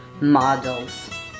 models